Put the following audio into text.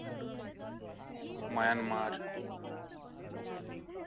Myanmar